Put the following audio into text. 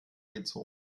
gezogen